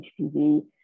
HPV